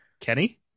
Kenny